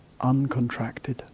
uncontracted